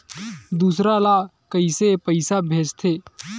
दूसरा ला कइसे पईसा भेजथे?